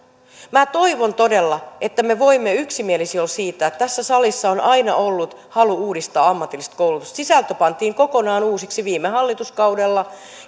toivon todella että me voimme yksimielisiä olla siitä että tässä salissa on aina ollut halu uudistaa ammatillista koulutusta sisältö pantiin kokonaan uusiksi viime hallituskaudella